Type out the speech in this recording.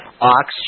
Ox